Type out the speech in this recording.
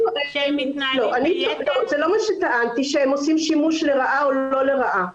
לא טענתי שהם עושים שימוש לרעה או לא לרעה.